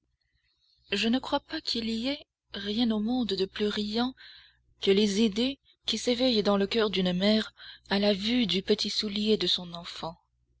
je ne crois pas qu'il y ait rien au monde de plus riant que les idées qui s'éveillent dans le coeur d'une mère à la vue du petit soulier de son enfant